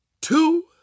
two